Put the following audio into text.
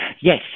Yes